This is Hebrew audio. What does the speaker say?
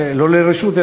לא לרשות,